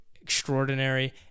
extraordinary